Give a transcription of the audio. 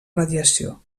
radiació